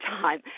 time